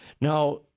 Now-